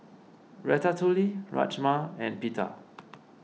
Ratatouille Rajma and Pita